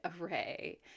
array